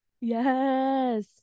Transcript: Yes